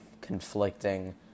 conflicting